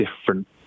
different